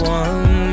one